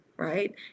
Right